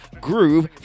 Groove